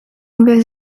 nouvelle